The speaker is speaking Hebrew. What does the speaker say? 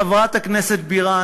חברת הכנסת בירן,